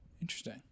Interesting